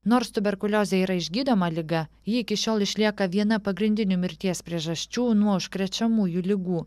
nors tuberkuliozė yra išgydoma liga ji iki šiol išlieka viena pagrindinių mirties priežasčių nuo užkrečiamųjų ligų